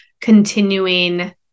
continuing